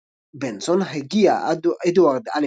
בנסון, הגיה אדוארד א.